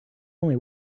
only